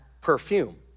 perfume